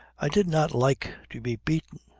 i did not like to be beaten.